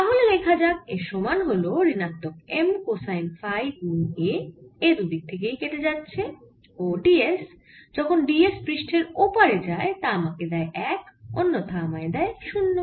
তাহলে লেখা যাক এর সমান হল ঋণাত্মক M কোসাইন ফাই গুন a a দুদিক থেকেই কেটে যাচ্ছে ও ds যখন ds পৃষ্ঠের ওপারে যায় তা আমাকে দেয় 1 অন্যথা আমাকে দেয় 0